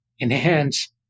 enhance